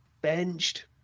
benched